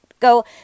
Go